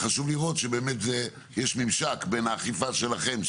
חשוב לראות שבאמת זה יש ממשק בין האכיפה שלכם,